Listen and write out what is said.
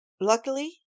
Luckily